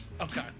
Okay